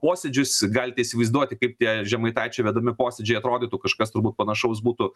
posėdžius galite įsivaizduoti kaip tie žemaitaičio vedami posėdžiai atrodytų kažkas turbūt panašaus būtų